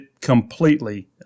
completely